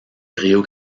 rio